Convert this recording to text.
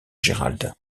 gérald